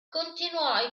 continuò